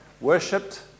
worshipped